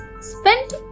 spent